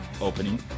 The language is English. opening